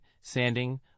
sanding